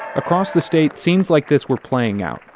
across the states, scenes like this were playing out.